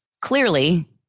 clearly